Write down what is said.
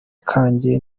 kanjye